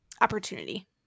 opportunity